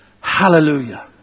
Hallelujah